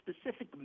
specific